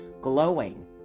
glowing